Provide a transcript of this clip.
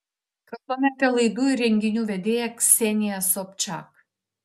kalbame apie laidų ir renginių vedėja kseniją sobčak